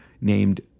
named